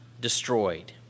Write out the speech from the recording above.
destroyed